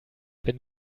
wenn